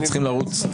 שנינו צריכים לרוץ.